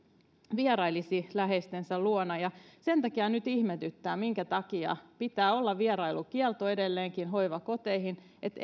vierailisivat läheistensä luona enemmän ja sen takia nyt ihmetyttää minkä takia pitää edelleenkin olla vierailukielto hoivakoteihin että